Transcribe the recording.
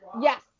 Yes